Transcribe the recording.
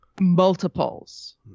multiples